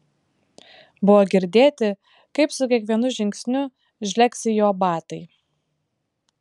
buvo girdėti kaip su kiekvienu žingsniu žlegsi jo batai